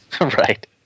Right